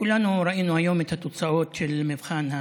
כולנו ראינו היום את התוצאות של מבחן,